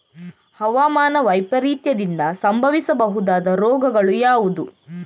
ಹವಾಮಾನ ವೈಪರೀತ್ಯದಿಂದಾಗಿ ಸಂಭವಿಸಬಹುದಾದ ರೋಗಗಳು ಯಾವುದು?